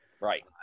Right